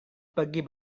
pergi